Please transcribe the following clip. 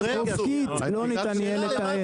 אופקית לא ניתן יהיה לתאם.